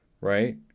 right